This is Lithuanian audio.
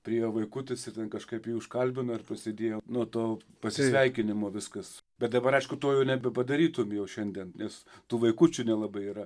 priėjo vaikutis ir ten kažkaip jį užkalbino ir prasidėjo nuo to pasisveikinimo viskas bet dabar aišku to jau nebepadarytum jau šiandien nes tų vaikučių nelabai yra